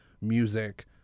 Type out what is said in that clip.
music